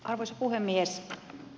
arvoisa puhemies